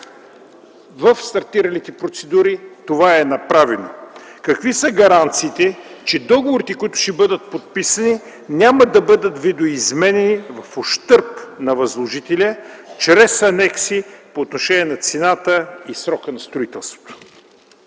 в стартиралите процедури това е направено? Какви са гаранциите, че договорите, които ще бъдат подписани, няма да бъдат видоизменяни в ущърб на възложителя чрез анекси по отношение на цената и срока на строителството?